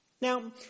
Now